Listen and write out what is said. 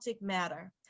matter